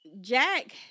Jack